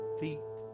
feet